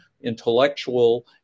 intellectual